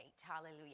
hallelujah